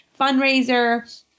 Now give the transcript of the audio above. fundraiser